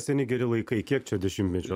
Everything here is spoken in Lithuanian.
seni geri laikai kiek čia dešimtmečių